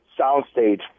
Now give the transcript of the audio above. soundstage